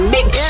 Mix